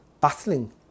battling